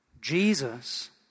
Jesus